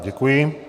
Děkuji.